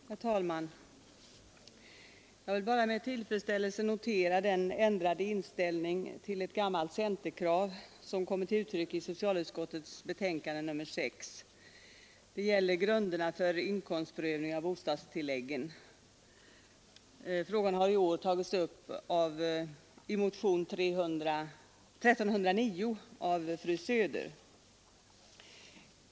Herr talman! Jag vill bara med tillfredställelse notera att den ändrade inställning till ett gammalt centerkrav som kommer till uttryck i socialutskottets betänkande nr 6. Det gäller grunderna för inkomstprövning av bostadstillägg. Frågan har i år tagits upp i motionen 1309 av fru Söder m.fl.